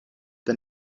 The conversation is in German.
der